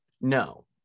No